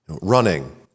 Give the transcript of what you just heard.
running